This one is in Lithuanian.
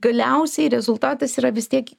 galiausiai rezultatas yra vis tiek